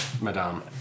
Madame